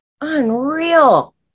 Unreal